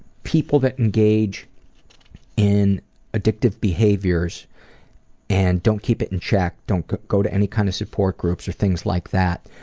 people that engage in addictive behaviors and don't keep it in check and don't go to any kind of support groups or things like that,